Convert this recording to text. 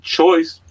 choice